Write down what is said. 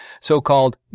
so-called